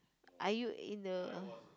are you in the